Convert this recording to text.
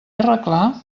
arreglar